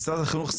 החינוך,